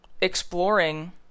exploring